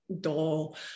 doll